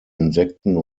insekten